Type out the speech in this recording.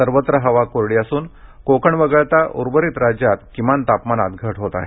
सर्वत्र हवा कोरडी असून कोकण वगळता उर्वरित राज्यात किमान तापमानात घट होते आहे